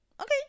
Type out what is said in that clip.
okay